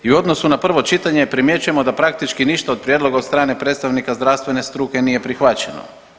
I u odnosu na prvo čitanje primjećujemo da praktički ništa od prijedloga od strane predstavnika zdravstvene struke nije prihvaćeno.